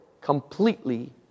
completely